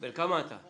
בן כמה אתה?